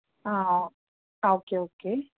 okay okay